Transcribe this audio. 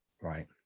Right